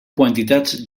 quantitats